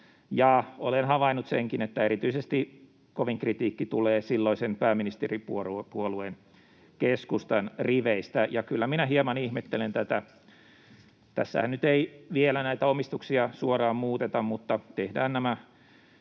Olen havainnut senkin, että erityisesti kovin kritiikki tulee silloisen pääministeripuolueen keskustan riveistä, ja kyllä minä hieman ihmettelen tätä. [Antti Kurvinen pyytää vastauspuheenvuoroa] Tässähän nyt ei vielä näitä omistuksia suoraan muuteta, mutta tehdään nämä